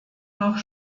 noch